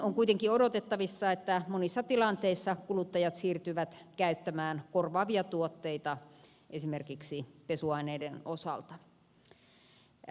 on kuitenkin odotettavissa että monissa tilanteissa kuluttajat siirtyvät käyttämään korvaavia tuotteita esimerkiksi pesuaineiden osalta